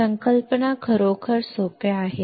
संकल्पना खरोखर सोप्या आहेत